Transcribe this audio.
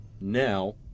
now